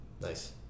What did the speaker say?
Nice